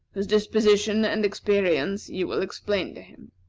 whose disposition and experience you will explain to him.